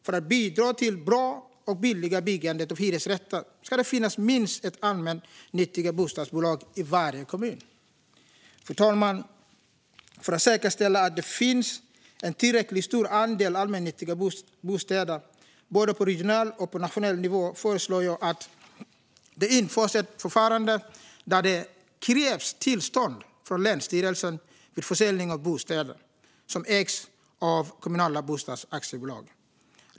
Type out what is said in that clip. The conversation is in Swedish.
För att bidra till bra och billigt byggande av hyresrätter ska det finnas minst ett allmännyttigt bostadsbolag i varje kommun. Fru talman! För att säkerställa att det finns en tillräckligt stor andel allmännyttiga bostäder både på regional och på nationell nivå föreslår jag att det införs ett förfarande där det krävs tillstånd från länsstyrelsen vid försäljning av bostäder som ägs av kommunala bostadsaktiebolag.